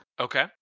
Okay